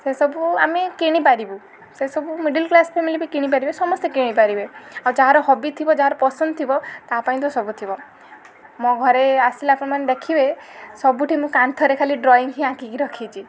ସେ ସବୁ ଆମେ କିଣିପାରିବୁ ସେସବୁ ମିଡ଼ିଲ କ୍ଲାସ ଫ୍ୟାମିଲି ବି କିଣିପାରିବେ ସମସ୍ତେ କିଣିପାରିବେ ଆଉ ଯାହାର ହବି ଥିବ ଯାହାର ପସନ୍ଦ ଥିବ ତା ପାଇଁ ତ ସବୁ ଥିବ ମୋ ଘରେ ଆସିଲେ ଆପଣମାନେ ଦେଖିବେ ସବୁଠି ମୁଁ କାନ୍ଥରେ ଖାଲି ଡ୍ରଇଂ ହିଁ ଆଙ୍କିକି ରଖିଛି